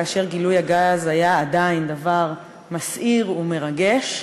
כאשר גילוי הגז היה עדיין דבר מסעיר ומרגש.